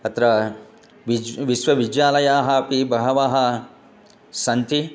अत्र विज् विश्वविदयालयाः अपि बहवः सन्ति